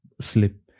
sleep